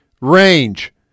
Range